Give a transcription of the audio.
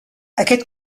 aquest